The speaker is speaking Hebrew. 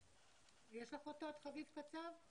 חביב, שלום.